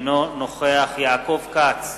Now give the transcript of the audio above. אינו נוכח יעקב כץ,